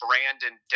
Brandon